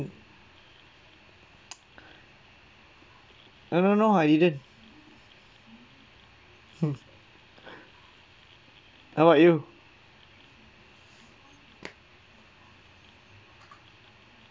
no no no I didn't hmm how about you